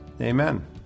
Amen